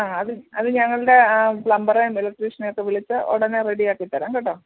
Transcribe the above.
ആ അത് അത് ഞങ്ങളുടെ പ്ലംബറെയും ഇലക്ട്രിഷ്യനേയും ഒക്കെ വിളിച്ച് ഉടനെ റെഡിയാക്കി തരാം കേട്ടോ